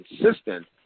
consistent